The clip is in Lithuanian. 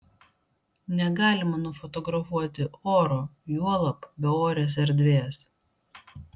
negalima nufotografuoti oro juolab beorės erdvės